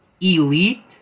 Elite